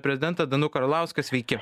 prezidentą danuką arlauską sveiki